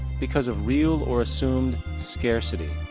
because of real or assumed scarcity.